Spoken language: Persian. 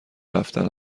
رفتن